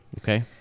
Okay